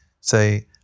say